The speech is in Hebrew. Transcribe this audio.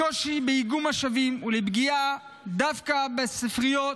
לקושי באיגום משאבים ולפגיעה דווקא בספריות